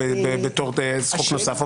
בנוסח הראשון דיברנו על מס' הח"כים שמיתוסף.